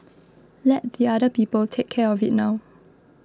let the other people take care of it now